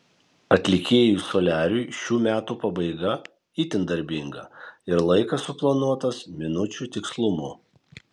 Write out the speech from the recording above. atlikėjui soliariui šių metų pabaiga itin darbinga ir laikas suplanuotas minučių tikslumu